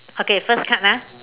okay first card ah